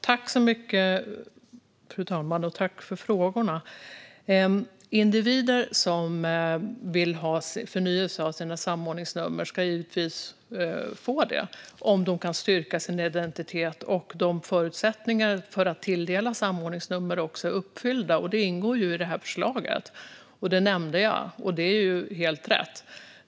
Fru talman! Individer som vill förnya sina samordningsnummer ska givetvis få dem förnyade om de kan styrka sin identitet och om förutsättningarna för att tilldelas samordningsnummer är uppfyllda. Detta ingår i förslaget, vilket jag nämnde, och det är helt rätt.